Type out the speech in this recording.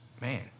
Man